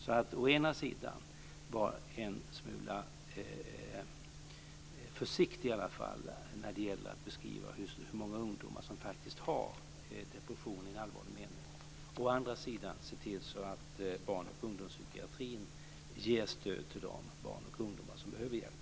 Å ena sidan bör man vara en smula försiktig när det gäller att beskriva hur många ungdomar som faktiskt har depression i en allvarlig mening. Å andra sidan bör man se till att barn och ungdomspsykiatrin ger stöd till de barn och ungdomar som behöver hjälp.